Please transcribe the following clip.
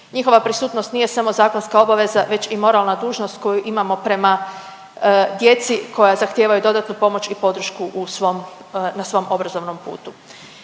Njihova prisutnost nije samo zakonska obveza već i moralna dužnost koju imamo prema djeci koja zahtijevaju dodatnu pomoć i podršku u svom, na svom obrazovnom putu.